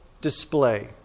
display